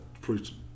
preaching